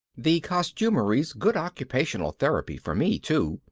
the costumery's good occupational therapy for me, too,